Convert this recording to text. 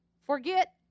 Forget